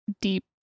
deep